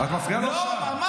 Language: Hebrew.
את מפריעה לו עכשיו.